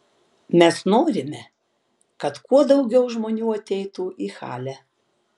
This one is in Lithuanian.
mes norime kad kuo daugiau žmonių ateitų į halę